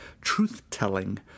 truth-telling